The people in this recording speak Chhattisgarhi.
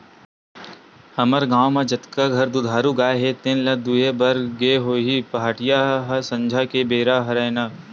हमर गाँव म जतका घर दुधारू गाय हे तेने ल दुहे बर गे होही पहाटिया ह संझा के बेरा हरय ना